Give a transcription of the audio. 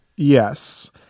Yes